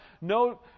no